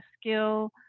skill